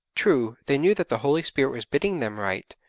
true, they knew that the holy spirit was bidding them write,